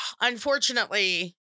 unfortunately